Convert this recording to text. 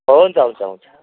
हुन्छ हुन्छ हुन्छ